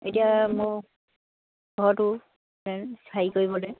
এতিয়া মোক ঘৰতো হেৰি কৰিবলৈ